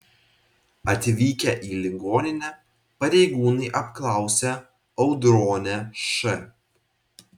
atvykę į ligoninę pareigūnai apklausė audronę š